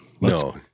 No